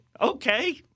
okay